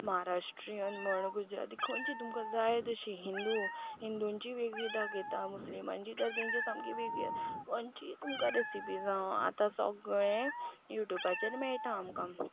म्हाराष्ट्रीयन म्हण गुजराती खंयची तुमकां जाय तशी हिंदू हिंदूंची वेगळी दाखयता मुसलीमांची तर तांची सामकी वेगळी खंयची तुमकां रेसिपी जावं आतां सगळें यूट्यूबाचेर मेळटा आमकां